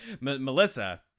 Melissa